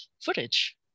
footage